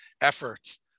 efforts